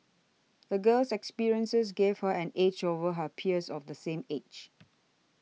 the girl's experiences gave her an edge over her peers of the same age